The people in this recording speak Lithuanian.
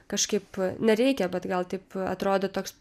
kažkaip nereikia bet gal taip atrodo toks